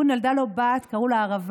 הוא, נולדה לו בת, קוראים לה ערבה,